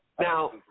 Now